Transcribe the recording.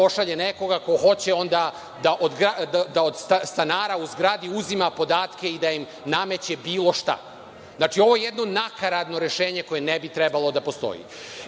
nekoga ko hoće onda da od stanara u zgradi uzima podatke i da im nameće bilo šta. Znači, ovo je jedno nakaradno rešenje koje ne bi trebalo da postoji.Za